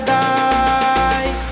die